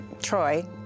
Troy